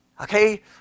okay